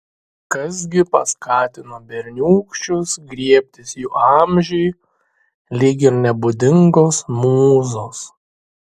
kas gi paskatino berniūkščius griebtis jų amžiui lyg ir nebūdingos mūzos